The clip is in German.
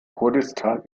kurdistan